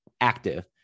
Active